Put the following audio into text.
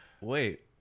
Wait